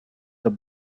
the